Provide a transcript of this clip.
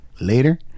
later